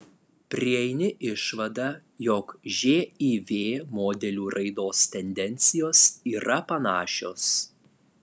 prieini išvadą jog živ modelių raidos tendencijos yra panašios